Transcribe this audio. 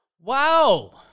Wow